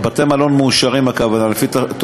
הכוונה לבתי-מלון מאושרים,